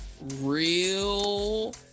real